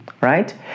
right